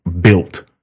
built